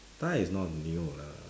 Thai is not new lah